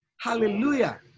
Hallelujah